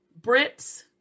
Brits